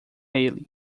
ele